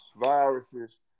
viruses